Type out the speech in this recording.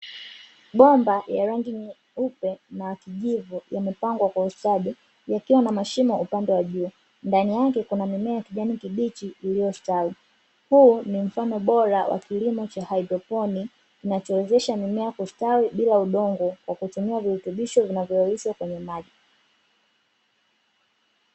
Bomba ya rangi nyeupe na kijivu yamepangwa kwa ustadi. yakiwa na mashimo ya upande wa juu. Ndani yake kuna mimea kijani kibichi iliyostawi. Huu ni mfano bora wa kilimo cha Haidroponi kinachowezesha mimea kustawi bila udongo kwa kutumia virutubisho yeyushwa kwenye maji.